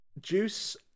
Juice